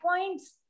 points